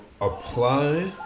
apply